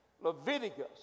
Leviticus